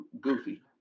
goofy